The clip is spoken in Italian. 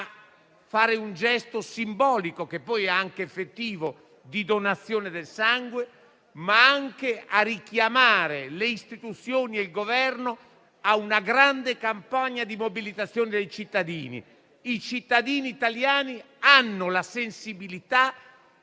fare un gesto simbolico, che poi è anche effettivo, come la donazione del sangue, ma anche a richiamare le istituzioni e il Governo a una grande campagna di mobilitazione dei cittadini. I cittadini italiani hanno sensibilità